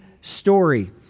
story